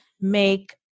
make